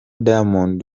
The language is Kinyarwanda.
diamond